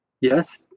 Yes